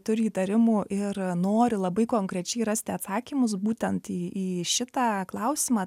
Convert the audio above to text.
turi įtarimų ir nori labai konkrečiai rasti atsakymus būtent į į šitą klausimą